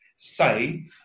Say